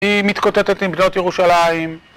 היא מתקוטטת עם בנות ירושלים